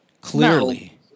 Clearly